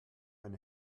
eine